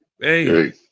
Hey